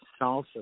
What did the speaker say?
salsa